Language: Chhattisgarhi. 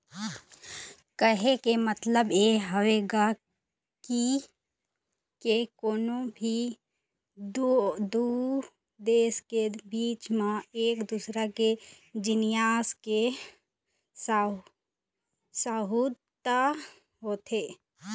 कहे के मतलब ये हवय गा के कोनो भी दू देश के बीच म एक दूसर के जिनिस के सउदा होथे